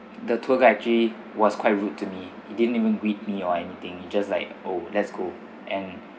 the tour guide actually was quite rude to me it didn't even greet me or anything it just like oh let's go and